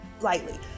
lightly